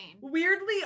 Weirdly